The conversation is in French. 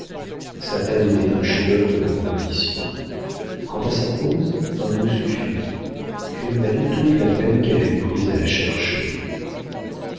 sa taille était un chef-d'œuvre de composition quant à sa pose un mot suffit elle valait toute la peine qu'elle avait prise à la chercher